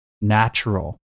natural